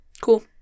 Cool